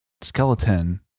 skeleton